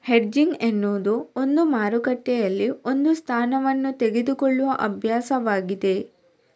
hedging ಎನ್ನುವುದು ಒಂದು ಮಾರುಕಟ್ಟೆಯಲ್ಲಿ ಒಂದು ಸ್ಥಾನವನ್ನು ತೆಗೆದುಕೊಳ್ಳುವ ಅಭ್ಯಾಸವಾಗಿದೆ